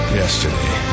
yesterday